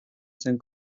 zen